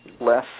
less